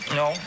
no